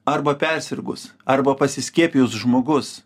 arba persirgus arba pasiskiepijus žmogus